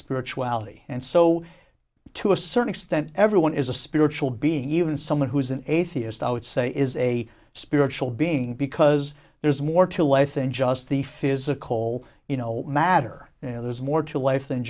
spirituality and so to a certain extent everyone is a spiritual being even someone who is an atheist i would say is a spiritual being because there's more to life than just the physical you know matter you know there's more to life than